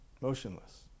motionless